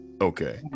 Okay